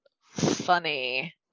funny